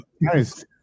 Nice